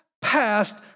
passed